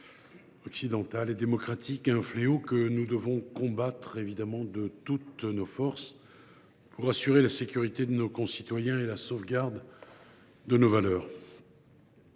occidentales et démocratiques, un fléau que nous devons combattre de toutes nos forces, afin d’assurer la sécurité de nos concitoyens et la sauvegarde de nos valeurs.